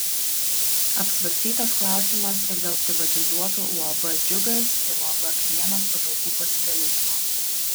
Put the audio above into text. apsvarstytas klausimas ir dėl privatizuotų uab džiugas ir uab krienas patalpų pasidalijimo